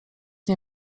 nie